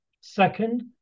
Second